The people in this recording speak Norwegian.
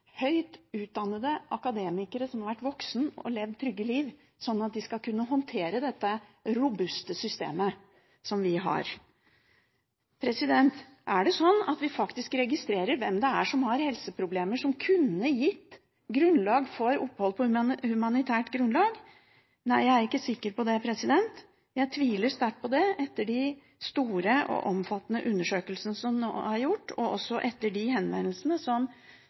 at de skal kunne håndtere dette robuste systemet vi har. Er det sånn at vi faktisk registrerer hvem det er som har helseproblemer som kunne gitt grunnlag for opphold på humanitært grunnlag? Nei, jeg er ikke sikker på det. Jeg tviler sterkt på det etter de store og omfattende undersøkelsene som nå er gjort, og også etter de henvendelsene som